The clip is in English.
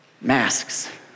masks